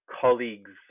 colleagues